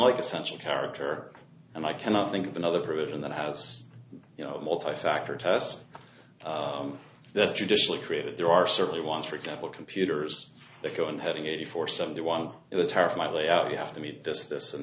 like essential character and i cannot think of another proven that has you know multi factor test that's traditionally created there are certainly ones for example computers that go and having eighty four seventy one in the top of my layout you have to meet this this and